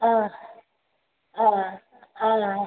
ആ ആ ആ